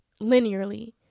linearly